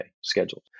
scheduled